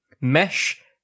Mesh